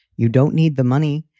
you don't need the money.